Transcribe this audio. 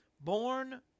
born